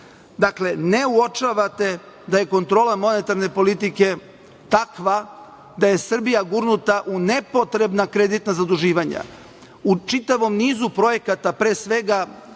ne uočavate da je kontrola monetarne politike takva da je Srbija gurnuta u nepotrebna kreditna zaduživanja. U čitavom nizu projekata pre svega